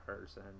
person